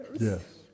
Yes